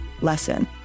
lesson